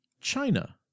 China